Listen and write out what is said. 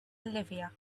olivia